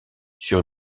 sur